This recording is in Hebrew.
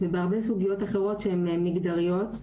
ובהרבה סוגיות אחרות שהן מגדריות.